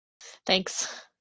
thanks